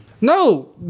No